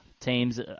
teams